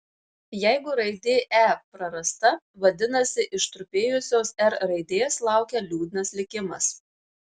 jeigu raidė e prarasta vadinasi ištrupėjusios r raidės laukia liūdnas likimas